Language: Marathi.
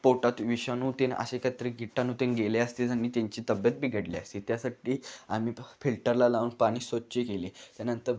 पोटात विषाणू ती असे एकत्र किटानूतीन गेले असते आणि त्यांची तब्येत बिघडली असती त्यासाठी आम्ही फ फिल्टरला लावून पाणी स्वच्छ केले त्यानंतर